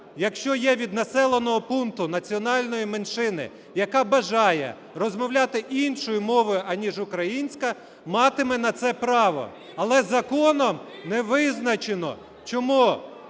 якщо є від населеного пункту національної меншини, яка бажає розмовляти іншою мовою аніж українська, матиме на це право. Але законом не визначено, чому?